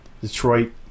Detroit